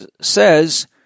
says